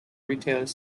retailers